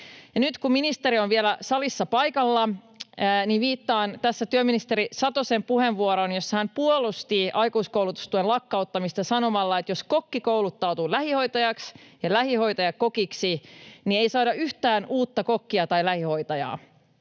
nyt, kun ministeri on vielä salissa paikalla, viittaan tässä työministeri Satosen puheenvuoroon, jossa hän puolusti aikuiskoulutustuen lakkauttamista sanomalla, että jos kokki kouluttautuu lähihoitajaksi ja lähihoitaja kokiksi, niin ei saada yhtään uutta kokkia tai lähihoitajaa.